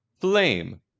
flame